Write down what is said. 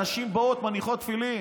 נשים באות, מניחות תפילין,